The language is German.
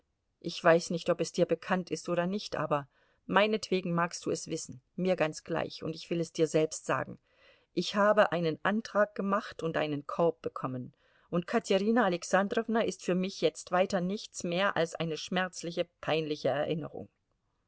ich weiß nicht ob es dir bekannt ist oder nicht aber meinetwegen magst du es wissen mir ganz gleich und ich will es dir selbst sagen ich habe einen antrag gemacht und einen korb bekommen und katerina alexandrowna ist für mich jetzt weiter nichts mehr als eine schmerzliche peinliche erinnerung